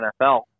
NFL